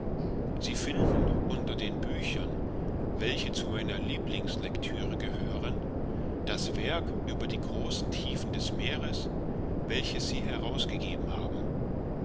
sie finden unter den büchern welche zu meiner lieblingslectüre gehören das werk über die großen tiefen des meeres welches sie herausgegeben haben